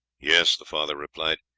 yes, the father replied,